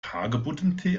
hagebuttentee